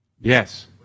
Yes